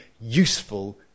useful